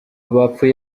bapfuye